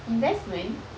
investment